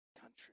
country